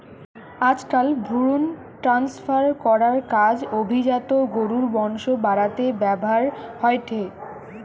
আজকাল ভ্রুন ট্রান্সফার করার কাজ অভিজাত গরুর বংশ বাড়াতে ব্যাভার হয়ঠে